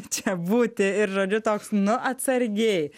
čia būti ir žodžiu toks nu atsargiai